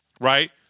right